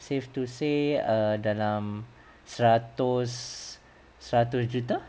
safe to say err dalam seratus seratus juta